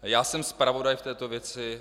Já jsem zpravodaj v této věci.